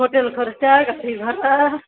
hotel খরচা গাড়ি ভাড়া